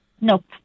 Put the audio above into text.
Nope